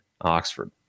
Oxford